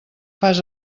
fas